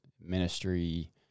Ministry